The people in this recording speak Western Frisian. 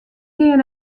gean